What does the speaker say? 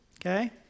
Okay